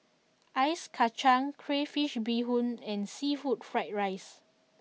Ice Kacang Crayfish Beehoon and Seafood Fried Rice